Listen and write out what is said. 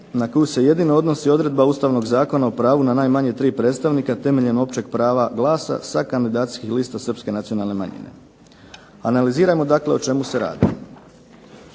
na koju se jedino odnosi odredba Ustavnog zakona o pravu na najmanje tri predstavnika temeljem općeg prava glasa sa kandidacijskih lista srpske nacionalne manjine. Analizirajmo dakle o čemu se radi.